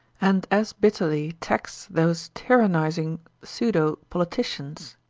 and as bitterly tax those tyrannising pseudopoliticians,